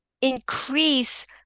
increase